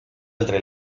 entre